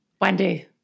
Wendy